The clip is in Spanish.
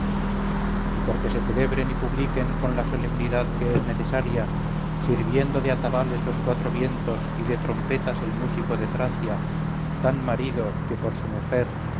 y por que se celebren y publiquen con la solemnidad que es necesaria sirviendo de atabales los cuatro vientos y de trompetas el músico de tracia tan marido que por su mujer